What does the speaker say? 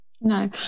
No